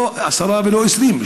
לא 10 ולא 20,